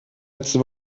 letzte